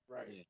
Right